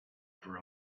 for